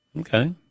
Okay